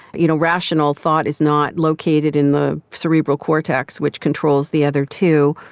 you know, rational thought is not located in the cerebral cortex which controls the other two,